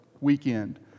weekend